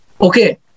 Okay